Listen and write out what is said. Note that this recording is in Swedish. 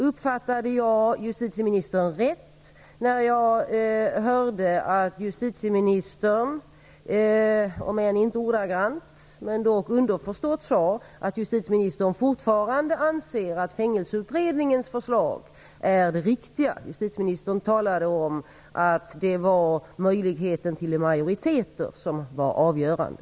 Uppfattade jag justitieministern rätt när jag tyckte att justitieministern - om än inte ordagrant, med dock underförstått - sade att justitieministern fortfarande anser att Fängelseutredningens förslag är det riktiga? Justitieministern talade om att det var möjligheten till majoriteter som var avgörande.